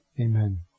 Amen